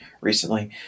recently